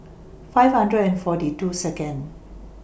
five hundred and forty two Second